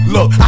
Look